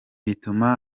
bituma